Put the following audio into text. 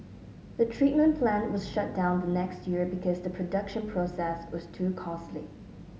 the treatment plant was shut down the next year because the production process was too costly